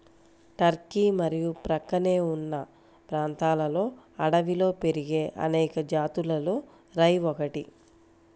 Turkey మరియు ప్రక్కనే ఉన్న ప్రాంతాలలో అడవిలో పెరిగే అనేక జాతులలో రై ఒకటి